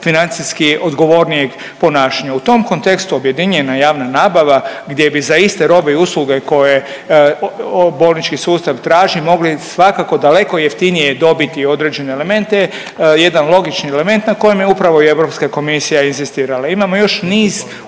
financijski odgovornijeg ponašanja. U tom kontekstu objedinjena je javna nabava gdje bi za iste robe i usluge koje bolnički sustav traži mogli svakako daleko jeftinije dobiti određene elemente, jedan logični element na kojem je upravo i Europska komisija inzistirala. Imamo još niz